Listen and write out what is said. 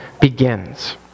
begins